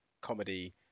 comedy